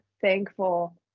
thankful